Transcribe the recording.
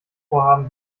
vorhaben